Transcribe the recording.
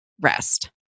rest